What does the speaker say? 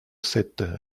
sept